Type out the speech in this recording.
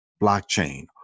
blockchain